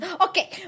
Okay